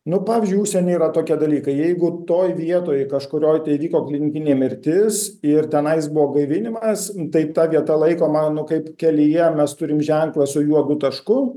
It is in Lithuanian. nu pavyzdžiui užsieny yra tokie dalykai jeigu toj vietoj kažkurioj įvyko klinikinė mirtis ir tenai jis buvo gaivinimas tai ta vieta laikoma nu kaip kelyje mes turime ženklą su juodu tašku